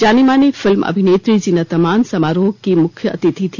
जानी मानी फिल्म अभिनेत्री जीनत अमान समारोह में मुख्य अतिथि हैं